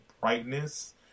brightness